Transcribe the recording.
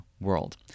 world